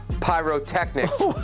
pyrotechnics